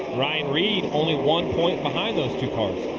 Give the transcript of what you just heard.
ryan reed only one point behind those two cars.